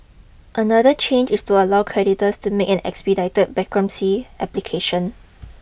another change is to allow creditors to make an expedited bankruptcy application